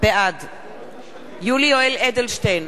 בעד יולי יואל אדלשטיין,